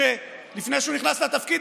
לפני שהוא נכנס לתפקיד,